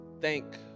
thank